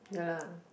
ya lah